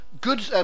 good